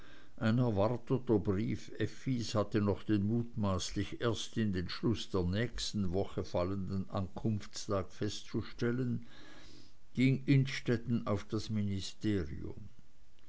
hatte noch den mutmaßlich erst in den schluß der nächsten woche fallenden ankunftstag festzustellen ging innstetten auf das ministerium